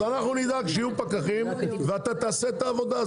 אז אנחנו נדאג שיהיו פקחים ואתה תעשה את העבודה,